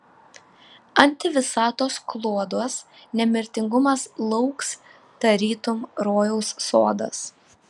antivisatos kloduos nemirtingumas lauks tarytum rojaus sodas